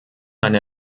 eine